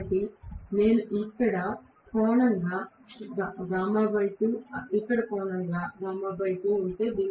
కాబట్టి నేను ఇక్కడ కోణంగా γ2 ఇక్కడ కోణంగా γ2 ఉంటుంది